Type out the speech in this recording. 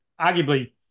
arguably